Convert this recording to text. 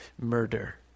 murder